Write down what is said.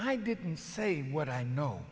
i didn't say what i know